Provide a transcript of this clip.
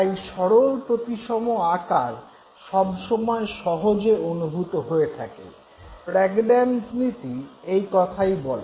তাই সরল প্রতিসম আকার সবসময় সহজে অনুভূত হয়ে থাকে - প্র্যাগন্যানজ নীতি এই কথাই বলে